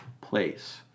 place